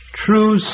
True